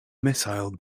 missile